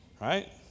Right